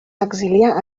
exiliar